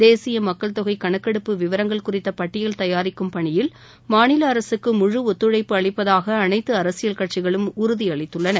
தேசிய மக்கள் தொகை கணக்கெடுப்பு விவரங்கள் குறித்த பட்டியல் தயாரிக்கும் பணியில் மாநில அரசுக்கு முழு ஒத்துழைப்பு அளிப்பதாக அனைத்து அரசியல் கட்சிகளும் உறுதி அளித்துள்ளன